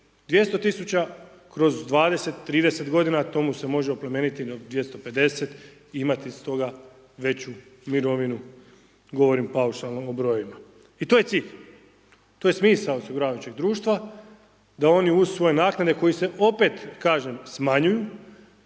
200000 kroz 20-30 g. to mu se može oplemeniti do 250,. imati stoga veću mirovinu, govorim paušalno o9 brojevima. I to je cilj, to je smisao osiguravajućeg društva, da oni usvoje naknade koji se opet, kažem smanjuju,